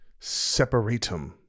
Separatum